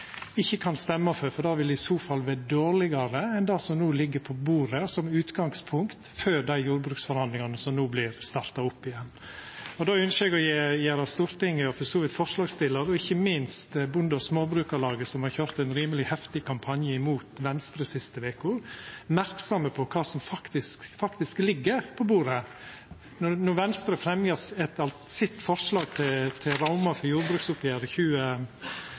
ikkje kan stemma for, for då vil det i så fall vera dårlegare enn det som ligg på bordet som utgangspunkt for jordbruksforhandlingane som no vert starta opp igjen. Då ønskjer eg å gjera Stortinget og for så vidt òg forslagsstillarane og ikkje minst Bonde- og småbrukarlaget, som har køyrt ein rimeleg heftig kampanje mot Venstre siste veka, merksame på kva som faktisk ligg på bordet. Då Venstre fremja forslag til rammer for jordbruksoppgjeret i 2017, la me til